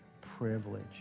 privilege